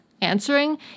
answering